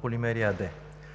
Полимери“ АД.